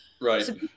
right